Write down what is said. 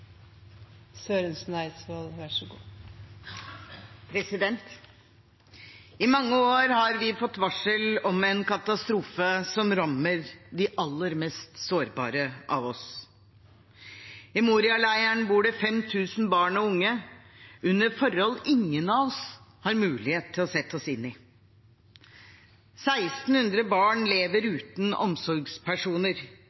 I mange år har vi fått varsel om en katastrofe som rammer de aller mest sårbare av oss. I Moria-leiren bor det 5 000 barn og unge under forhold ingen av oss har mulighet til å sette oss inn i. 1 600 barn lever